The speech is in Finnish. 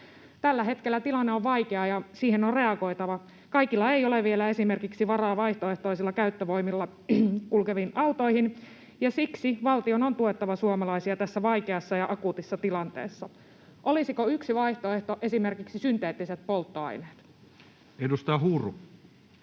Tällä hetkellä tilanne on vaikea, ja siihen on reagoitava. Kaikilla ei vielä ole esimerkiksi varaa vaihtoehtoisilla käyttövoimilla kulkeviin autoihin, ja siksi valtion on tuettava suomalaisia tässä vaikeassa ja akuutissa tilanteessa. Olisiko yksi vaihtoehto esimerkiksi synteettiset polttoaineet? Edustaja Huru.